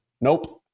Nope